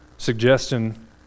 suggestion